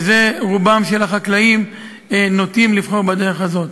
ורובם של החקלאים נוטה לבחור בדרך הזאת.